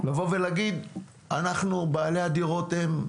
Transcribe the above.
ולומר שבעלי הדירות אחראים.